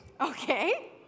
okay